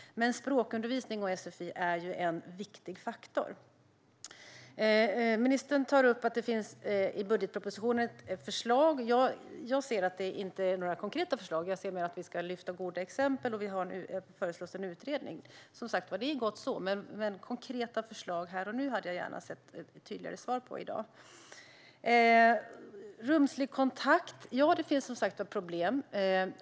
Men språkundervisning och sfi är en viktig faktor. Ministern tar upp att det finns ett förslag i budgetpropositionen. Jag ser inte att det är några konkreta förslag, utan jag ser mer att vi ska lyfta goda exempel, och nu föreslås en utredning. Det är gott så, men konkreta förslag här och nu hade jag gärna fått tydligare svar om i dag. När det gäller rumslig kontakt finns det som sagt problem.